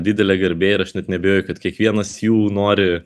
didelė garbė ir aš net neabejoju kad kiekvienas jų nori